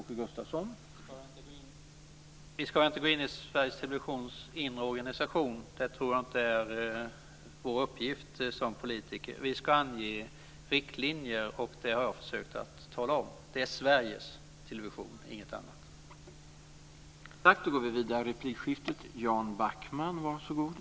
Herr talman! Vi ska inte gå in i Sveriges Televisions inre organisation. Det tror jag inte är vår uppgift som politiker. Vi ska ange riktlinjer, och det har jag försökt tala om. Det är Sveriges Television, och inget annat.